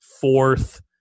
fourth